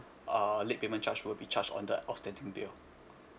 uh late payment charge will be charged on the outstanding bill